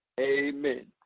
Amen